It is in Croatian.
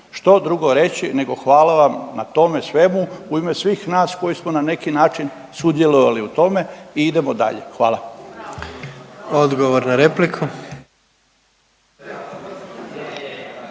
Što drugo reći nego hvala vam na tome svemu u ime svih nas koji smo na neki način sudjelovali u tome i idemo dalje, hvala. **Jandroković,